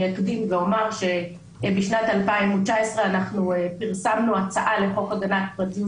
אני אקדים ואומר שבשנת 2019 אנחנו פרסמנו הצעה לחוק הגנת פרטיות